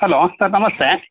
hello sir ನಮಸ್ತೆ